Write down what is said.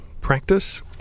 practice